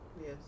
Yes